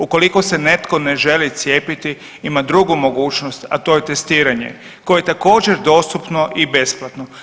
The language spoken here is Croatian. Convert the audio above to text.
Ukoliko se netko ne želi cijepiti ima drugu mogućnost, a to je testiranje koje je također dostupno i besplatno.